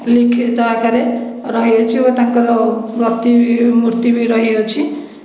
ଲିଖିତ ଆକାରରେ ରହିଅଛି ଓ ତାଙ୍କର ପ୍ରତିମୁର୍ତି ବି ରହିଅଛି